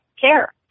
care